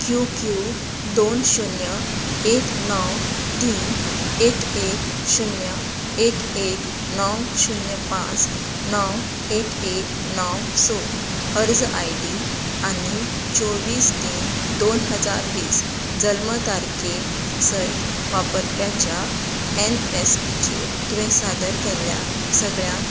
Q Q दोन शुन्य एक णव तीन एक एक शुन्य एक एक णव शुन्य पांच णव एक एक णव स अर्ज आयडी आनी चोव्वीस तीन दोन हजार वीस जल्म तारखे सयत वापरप्याच्या एनएसपीचेर तुवेन सादर केल्ल्या सदरांत